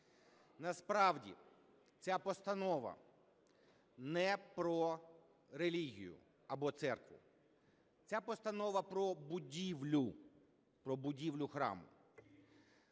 Насправді ця постанова не про релігію або церкву - ця постанова про будівлю, про